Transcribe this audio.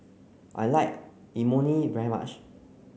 I like Imoni very much